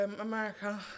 America